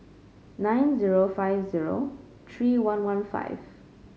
nine zero five zero three one one five